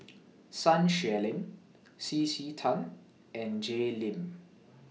Sun Xueling C C Tan and Jay Lim